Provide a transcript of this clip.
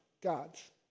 gods